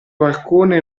balcone